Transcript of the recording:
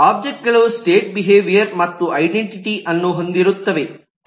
ಒಬ್ಜೆಕ್ಟ್ಗಳು state behaviour ಮತ್ತು identity ಅನ್ನು ಹೊಂದಿರುತ್ತವೆ